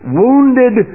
wounded